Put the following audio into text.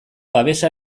babesa